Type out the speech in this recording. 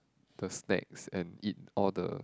the snacks and eat all the